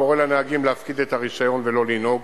הקורא לנהגים להפקיד את הרשיון ולא לנהוג,